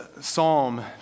Psalm